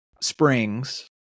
Springs